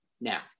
Now